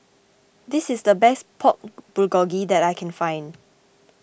this is the best Pork Bulgogi that I can find